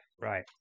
right